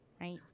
right